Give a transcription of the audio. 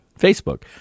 Facebook